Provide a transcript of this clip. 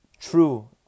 true